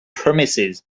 promises